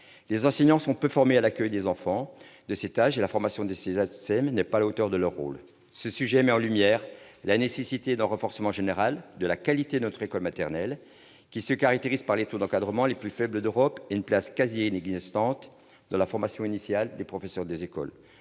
les enseignants sont peu formés à l'accueil des enfants de cet âge et la formation des ATSEM n'est pas à la hauteur de leur rôle éducatif. Ce sujet met en lumière la nécessité d'un renforcement général de la qualité de notre école maternelle, qui se caractérise par les taux d'encadrement les plus faibles d'Europe et une place quasi inexistante dans la formation initiale des professeurs des écoles.